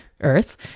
earth